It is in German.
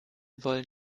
wollen